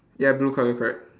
ya blue colour correct